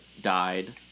died